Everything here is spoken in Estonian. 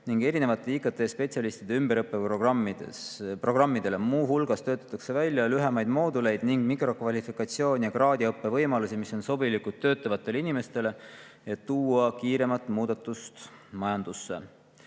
ning erinevate IKT-spetsialistide ümberõppeprogrammide jaoks. Muu hulgas töötatakse välja lühemaid mooduleid ning mikrokvalifikatsiooni ja kraadiõppe võimalusi, mis on sobilikud töötavatele inimestele, et tuua kiiremat muudatust majandusse.